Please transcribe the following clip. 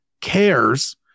cares